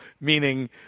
meaning